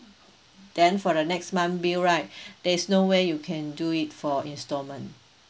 then for the next month bill right there's no way you can do it for instalment